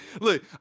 Look